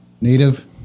native